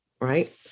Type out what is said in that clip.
right